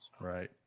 Right